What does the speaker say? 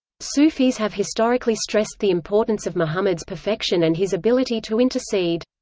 sufis have historically stressed the importance of muhammad's perfection and his ability to intercede.